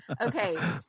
Okay